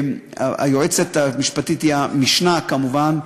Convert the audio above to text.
היועצת המשפטית היא המשנָה כמובן,